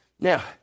Now